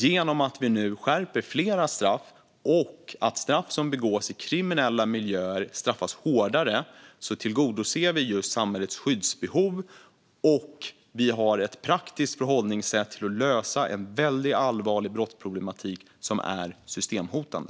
Genom att flera straff nu skärps och att brott som begås i kriminella miljöer straffas hårdare tillgodoses samhällets skyddsbehov. Regeringen har ett praktiskt förhållningssätt för att lösa en väldigt allvarlig brottsproblematik som är systemhotande.